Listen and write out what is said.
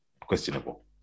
questionable